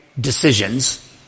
decisions